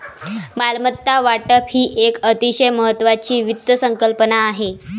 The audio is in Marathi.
मालमत्ता वाटप ही एक अतिशय महत्वाची वित्त संकल्पना आहे